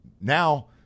Now